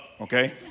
okay